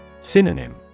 Synonym